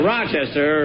Rochester